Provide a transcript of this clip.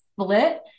split